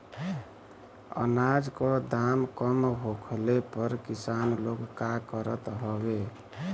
अनाज क दाम कम होखले पर किसान लोग का करत हवे?